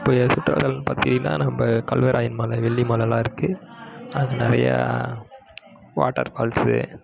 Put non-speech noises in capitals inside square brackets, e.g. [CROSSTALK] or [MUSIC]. இப்போ [UNINTELLIGIBLE] பார்த்திங்கன்னா நம்ப கல்வராயன் மலை வெள்ளி மலைலாம் இருக்குது அது நிறையா வாட்டர்ஃபால்ஸு